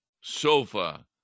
sofa